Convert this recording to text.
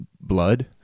blood